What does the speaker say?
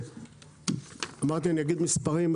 אמרתי שאגיד מספרים,